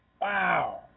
Wow